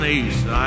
east